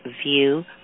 view